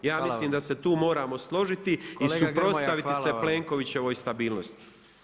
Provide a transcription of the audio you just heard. Ja mislim da se tu moramo složiti i suprotstaviti se Plenkovićevoj stabilnosti.